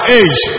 age